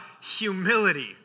humility